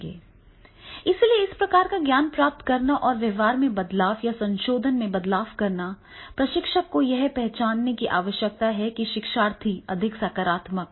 इसलिए इस प्रकार का ज्ञान प्राप्त करना और व्यवहार में बदलाव या संशोधन में बदलाव करना प्रशिक्षक को यह पहचानने की आवश्यकता है कि शिक्षार्थी अधिक सकारात्मक क्या पाता है